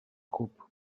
groupes